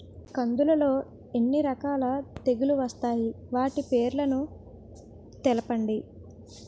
కందులు లో ఎన్ని రకాల తెగులు వస్తాయి? వాటి పేర్లను తెలపండి?